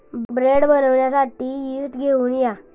bread बनवण्यासाठी yeast घेऊन या